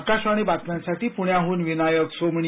आकाशवाणी बातम्यांसाठी पृण्याहन विनायक सोमणी